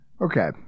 Okay